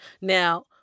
Now